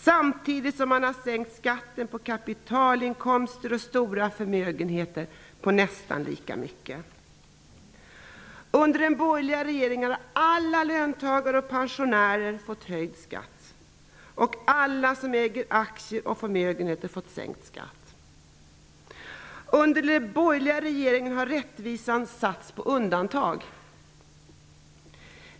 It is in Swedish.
Samtidigt har man sänkt skatten på kapitalinkomster och på stora förmögenheter med nästan lika mycket. Under den borgerliga regeringen har alla löntagare och pensionärer fått höjd skatt, och alla som äger aktier och förmögenheter har fått sänkt skatt. Under den borgerliga regeringen har rättvisan satts på undantag.